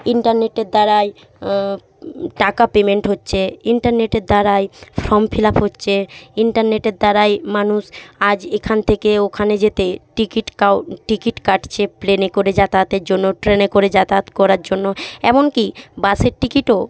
ইন্টারনেটের দ্বারাই টাকা পেমেন্ট হচ্ছে ইন্টারনেটের দ্বারাই ফর্ম ফিল আপ হচ্ছে ইন্টারনেটের দ্বারাই মানুষ আজ এখান থেকে ওখানে যেতে টিকিট টিকিট কাটছে প্লেনে করে যাতায়াতের জন্য ট্রেনে করে যাতায়াত করার জন্য এমন কি বাসের টিকিটও